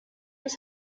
was